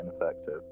ineffective